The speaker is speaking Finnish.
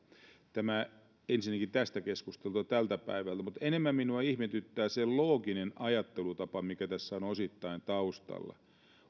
tämä ensinnäkin tästä keskustelusta tältä päivältä mutta enemmän minua ihmetyttää se looginen ajattelutapa mikä tässä on osittain taustalla